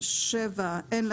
לעניין זה,